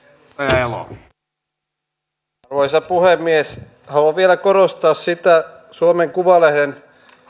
arvoisa puhemies haluan vielä korostaa sitä suomen kuvalehden